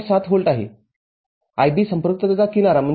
७ volt आहे IB संपृक्तताचा किनारा ०